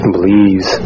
Believes